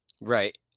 right